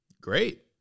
Great